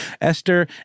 Esther